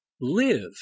live